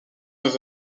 neuf